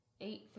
Eight